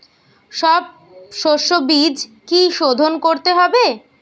সব শষ্যবীজ কি সোধন করতে হবে?